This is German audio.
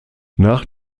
nach